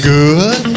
good